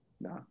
no